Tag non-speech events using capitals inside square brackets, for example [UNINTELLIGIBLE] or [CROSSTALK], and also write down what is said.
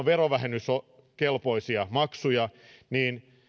[UNINTELLIGIBLE] verovähennyskelpoisia maksuja